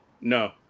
No